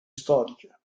storica